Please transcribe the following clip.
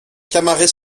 camaret